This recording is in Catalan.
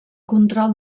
control